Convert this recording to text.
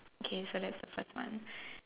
okay so that's the first one